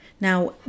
Now